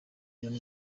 iyo